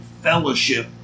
fellowship